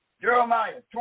Jeremiah